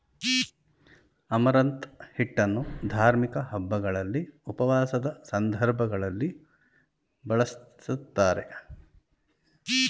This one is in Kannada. ಅಮರಂತ್ ಹಿಟ್ಟನ್ನು ಧಾರ್ಮಿಕ ಹಬ್ಬಗಳಲ್ಲಿ, ಉಪವಾಸದ ಸಂದರ್ಭಗಳಲ್ಲಿ ಬಳ್ಸತ್ತರೆ